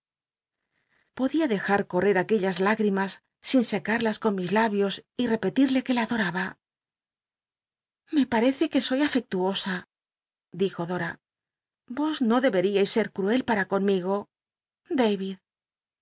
podía dejar correr aquellas higrimas sin secarlas con mis labios y repetirle que la adoraba me parece que soy afectuosa dijo dora vos no deberíais ser cr ucl para conmigo